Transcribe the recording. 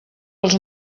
als